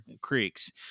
creeks